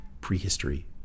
prehistory